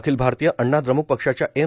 अखिल भारतीय अण्णा द्रमुक पक्षाच्या एम